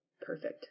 perfect